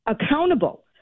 accountable